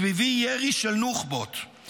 סביבי ירי של נוח'בות.